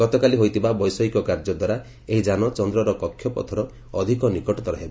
ଗତକାଲି ହୋଇଥିବା ବୈଷୟିକ କାର୍ଯ୍ୟଦ୍ୱାରା ଏହି ଯାନ ଚନ୍ଦ୍ରର କକ୍ଷପଥର ଅଧିକ ନିକଟତର ହେବ